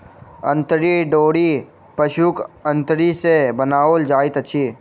अंतरी डोरी पशुक अंतरी सॅ बनाओल जाइत अछि